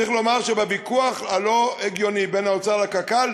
צריך לומר שבוויכוח הלא-הגיוני בין האוצר לקק"ל,